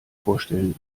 vorstellen